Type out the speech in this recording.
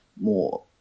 more